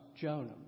Jonah